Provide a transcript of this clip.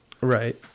Right